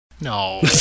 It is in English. No